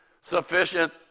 Sufficient